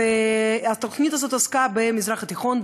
התוכנית הזאת עסקה במזרח התיכון,